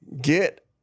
Get